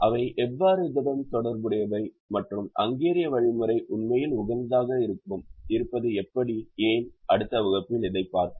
அவை எவ்வாறு இதனுடன் தொடர்புடையவை மற்றும் ஹங்கேரிய வழிமுறை உண்மையில் உகந்ததாக இருப்பது எப்படி ஏன் அடுத்த வகுப்பில் இதைப் பார்ப்போம்